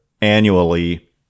annually